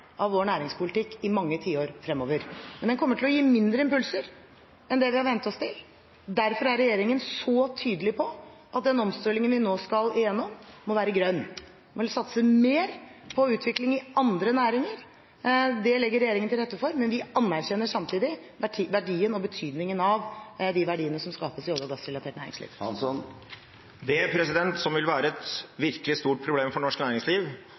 av vår næringspolitikk i mange tiår fremover. Men den kommer til å gi mindre impulser enn det vi har vent oss til. Derfor er regjeringen så tydelig på at den omstillingen vi nå skal gjennom, må være grønn. Man må satse mer på utvikling i andre næringer. Det legger regjeringen til rette for, men vi anerkjenner samtidig verdien og betydningen av de verdiene som skapes i olje- og gassrelatert næringsliv. Det som vil være et virkelig stort problem for norsk næringsliv,